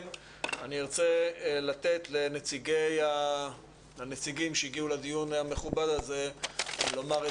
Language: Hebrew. אני ארצה לתת לנציגים שהגיעו לדיון המכובד הזה לומר את